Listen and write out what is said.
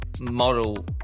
model